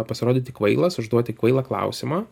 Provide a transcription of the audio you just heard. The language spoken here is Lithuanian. pasirodyti kvailas užduoti kvailą klausimą